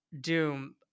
Doom